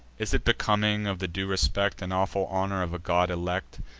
is it becoming of the due respect and awful honor of a god elect,